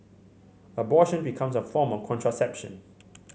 abortion becomes a form of contraception